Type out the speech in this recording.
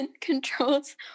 controls